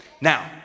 Now